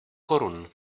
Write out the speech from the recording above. korun